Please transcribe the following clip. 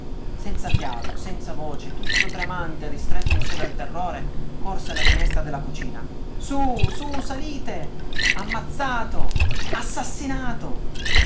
senza fiato senza voce tutto tremante e ristretto in sé dal terrore corse alla finestra della cucina su su salite ammazzato assassinato